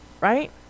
Right